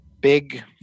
big